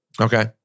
Okay